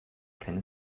keine